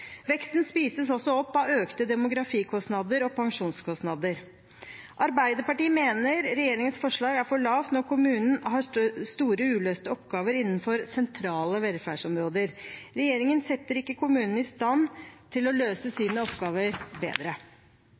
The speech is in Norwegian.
Veksten spises også opp av økte demografikostnader og pensjonskostnader. Arbeiderpartiet mener regjeringens forslag er for lavt når kommunene har store, uløste oppgaver innenfor sentrale velferdsområder. Regjeringen setter ikke kommunene i stand til å løse sine oppgaver bedre.